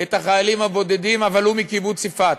את החיילים הבודדים, אבל הוא מקיבוץ יפעת,